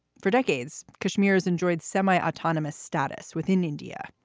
for decades, kashmir's enjoyed semi-autonomous status within india.